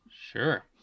Sure